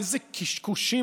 איזה קשקושים,